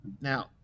Now